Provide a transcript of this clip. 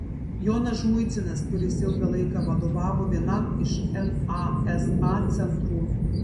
jonas žmuidzinas kuris ilgą laiką vadovavo vienam iš nasa centrų